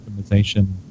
optimization